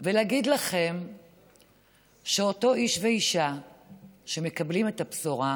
ולהגיד לכם שאותם איש ואישה שמקבלים את הבשורה,